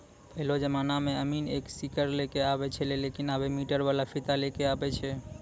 पहेलो जमाना मॅ अमीन एक सीकड़ लै क आबै छेलै लेकिन आबॅ मीटर वाला फीता लै कॅ आबै छै